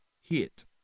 hit